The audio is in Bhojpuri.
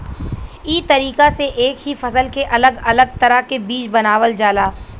ई तरीका से एक ही फसल के अलग अलग तरह के बीज बनावल जाला